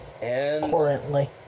Currently